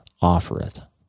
offereth